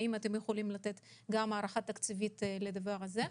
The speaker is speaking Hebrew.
האם אתם יכולים לתת הערכה תקציבית לדבר הזה?